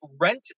rent